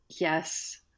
Yes